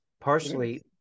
partially